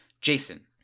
Jason